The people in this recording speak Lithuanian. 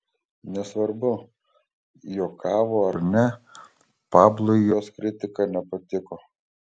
nesvarbu juokavo ar ne pablui jos kritika nepatiko